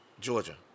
Georgia